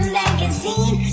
magazine